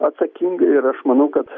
atsakingai ir aš manau kad